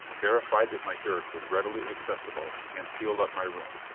verified that my dirk was readily accessible and sealed up my room.